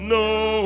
no